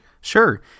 Sure